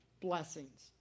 blessings